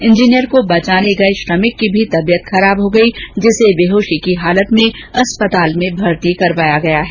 engineer को बचाने गए श्रमिक की भी तबियत खराब हो गई और उसे बेहोशी की हालत में अस्पताल में भर्ती कराया गया है